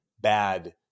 bad